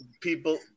people